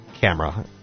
camera